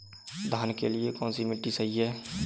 धान के लिए कौन सी मिट्टी सही है?